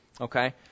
Okay